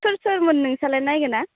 सोर सोरमोन नोंस्रालाय नायगोना